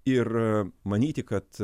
ir manyti kad